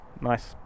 nice